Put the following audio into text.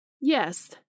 Yes